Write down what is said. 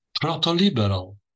proto-liberal